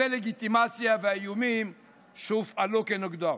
הדה-לגיטימציה והאיומים שהופעלו כנגדו.